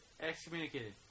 excommunicated